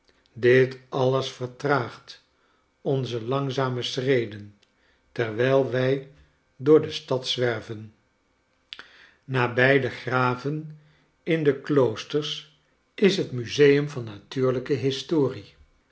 dit alles vertraagt onze langzame schreden terwijl wij door de stad zwerven jstabij de graven in de kloosters is het museum van natuurlijke historie